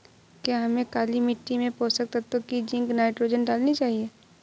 क्या हमें काली मिट्टी में पोषक तत्व की जिंक नाइट्रोजन डालनी चाहिए?